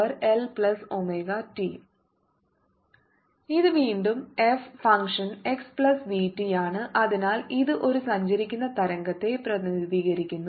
eiπxLeiωt ei πxLωt ഇത് വീണ്ടും f function x plus v t ആണ് അതിനാൽ ഇത് ഒരു സഞ്ചരിക്കുന്ന തരംഗത്തെ പ്രതിനിധീകരിക്കുന്നു